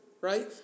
right